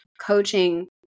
coaching